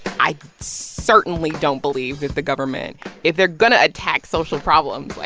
i certainly don't believe that the government if they're going to attack social problems, like,